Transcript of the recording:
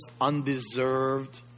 undeserved